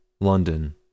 London